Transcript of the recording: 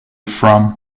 from